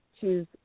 choose